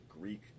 Greek